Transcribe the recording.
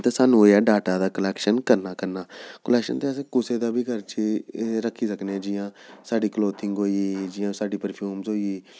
ते सानूं होया डाटा दा कलेक्शन करना करना कलेक्शन ते अस कुसै चीज़ दा बी रक्खी सकने जि'यां साढ़ी क्लोथिंग होई जि'यां साढ़ी परफ्यूम्स होई